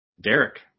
Derek